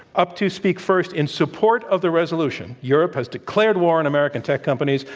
up to speak first in support of the resolution europe has declared war on american tech companies,